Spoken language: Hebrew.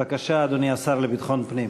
בבקשה, אדוני השר לביטחון פנים.